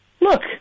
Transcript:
Look